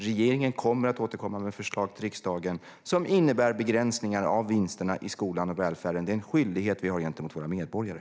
Regeringen kommer att återkomma med förslag till riksdagen, som innebär begränsningar av vinsterna i skolan och välfärden. Det är en skyldighet vi har gentemot våra medborgare.